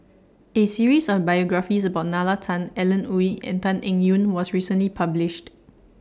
A series of biographies about Nalla Tan Alan Oei and Tan Eng Yoon was recently published